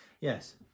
Yes